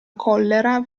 collera